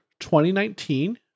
2019